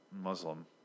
Muslim